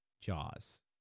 Jaws